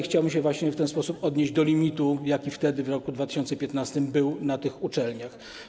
Chciałbym się właśnie w ten sposób odnieść do limitu, jaki wtedy, w roku 2015, był na tych uczelniach.